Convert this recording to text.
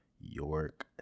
York